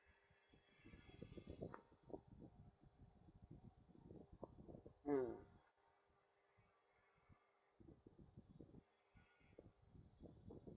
mm